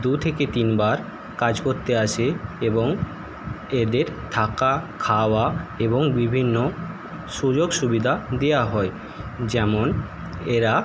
দু থেকে তিনবার কাজ করতে আসে এবং এদের থাকা খাওয়া এবং বিভিন্ন সুযোগ সুবিধা দেওয়া হয় যেমন এরা